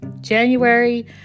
January